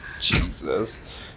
Jesus